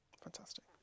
Fantastic